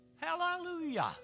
Hallelujah